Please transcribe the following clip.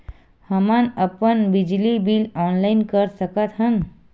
हमन अपन बिजली बिल ऑनलाइन कर सकत हन?